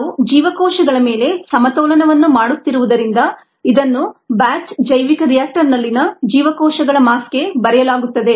ನಾವು ಜೀವಕೋಶಗಳ ಮೇಲೆ ಸಮತೋಲನವನ್ನು ಮಾಡುತ್ತಿರುವುದರಿಂದ ಇದನ್ನು ಬ್ಯಾಚ್ ಜೈವಿಕ ರಿಯಾಕ್ಟರ್ನಲ್ಲಿನ ಜೀವಕೋಶಗಳ ಮಾಸ್ ಗೆ ಬರೆಯಲಾಗುತ್ತದೆ